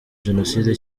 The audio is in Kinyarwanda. jenoside